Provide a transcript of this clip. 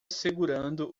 segurando